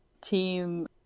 team